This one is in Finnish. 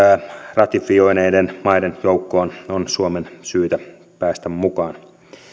ratifioineiden maiden joukkoon on suomen syytä päästä mukaan